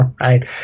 right